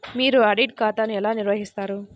మీరు ఆడిట్ ఖాతాను ఎలా నిర్వహిస్తారు?